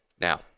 now